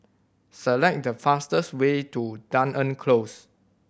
select the fastest way to Dunearn Close